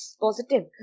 positive